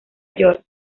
york